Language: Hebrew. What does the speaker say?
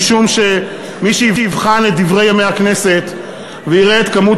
משום שמי שיבחן את דברי ימי הכנסת ויראה את כמות